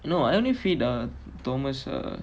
no I only feed thomas uh